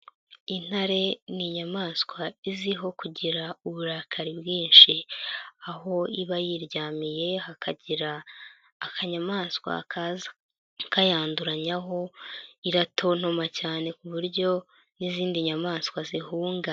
Intare ni inyamaswa izwiho kugira uburakari bwinshi aho iba yiryamiye hakagira akanyamaswa kaza kayanduranyaho iratontoma cyane ku buryo n'izindi nyamaswa zihunga.